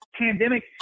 pandemic